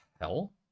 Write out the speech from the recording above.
hell